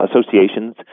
associations